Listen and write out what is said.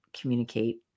Communicate